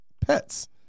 pets